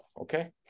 okay